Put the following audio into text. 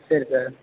சரி சார்